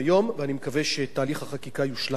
ואני מקווה שתהליך החקיקה יושלם במהרה.